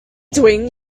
doing